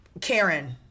Karen